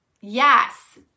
yes